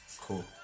cool